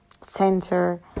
center